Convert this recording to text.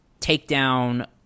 Takedown